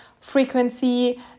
frequency